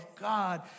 God